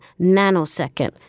nanosecond